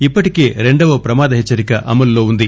ఇప్పటికే రెండవ ప్రమాద హెచ్చరిక అమల్లో వుంది